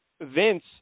Vince